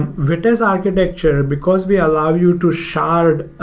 and vitess architecture, because we allow you to shard,